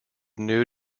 new